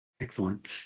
Excellent